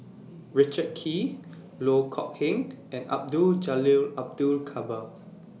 Richard Kee Loh Kok Heng and Abdul Jalil Abdul Kadir